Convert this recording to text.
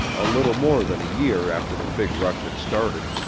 a little more than a year after the big rush had started,